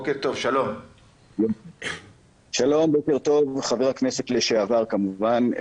טוב, חבר הכנסת לשעבר כמובן.